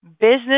business